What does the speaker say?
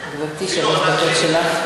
כזה לשר בממשלה.